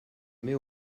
mets